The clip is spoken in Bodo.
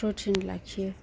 प्रटिन लाखियो